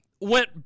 went